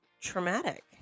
traumatic